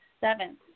seventh